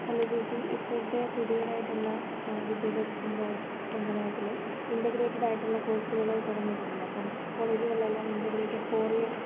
hello ചേച്ചി ഇപ്പോഴത്തെ പുതിയതായിട്ടുള്ള വിദ്യാഭ്യാസ സമ്പ്രദായം സമ്പ്രദായത്തിൽ ഇൻ്റഗ്രേറ്റഡായിട്ടുള്ള കോഴ്സുകൾ തുടങ്ങിയിട്ടുണ്ടല്ലോ അപ്പം കോളേജുകളിലെല്ലാം ഇൻ്റഗ്രേറ്റഡ് ഫോർ ഇയർ